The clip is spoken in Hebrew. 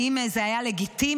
האם זה היה לגיטימי?